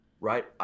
Right